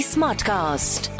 Smartcast